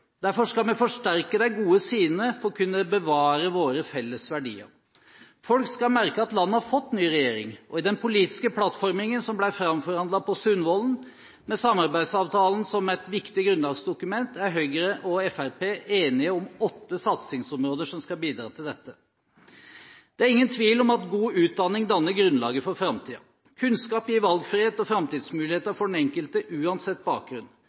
Derfor skal vi forsterke de gode sidene for å kunne bevare våre felles verdier. Folk skal merke at landet har fått ny regjering. I den politiske plattformen som ble framforhandlet på Sundvolden, med samarbeidsavtalen som et viktig grunnlagsdokument, er Høyre og Fremskrittspartiet enige om åtte satsingsområder som skal bidra til dette. Det er ingen tvil om at god utdanning danner grunnlaget for framtiden. Kunnskap gir valgfrihet og framtidsmuligheter for den enkelte uansett bakgrunn.